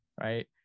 right